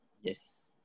Yes